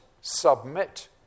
submit